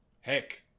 heck